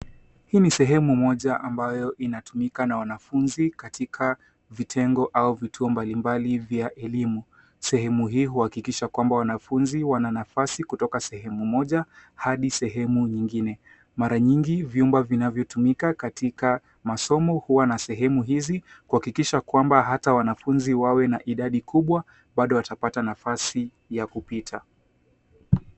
Hii ni sehemu moja ambayo inatumika na wanafunzi katika vitengo au vituo mbalimbali vya elimu. Sehemu hii huhakikisha kwamba wanafunzi wana nafasi kutoka sehemu moja hadi sehemu nyingine. Mara nyingi vyumba vinavyo tumika katika masomo huwa na sehemu hizi kuhakikisha kwamba hata wanafunzi wawe na idadi kubwa bado watapata nafasi ya kupita.